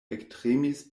ektremis